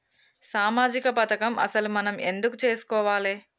సామాజిక పథకం అసలు మనం ఎందుకు చేస్కోవాలే?